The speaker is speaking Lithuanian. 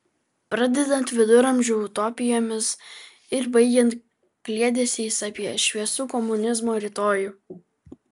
pradedant viduramžių utopijomis ir baigiant kliedesiais apie šviesų komunizmo rytojų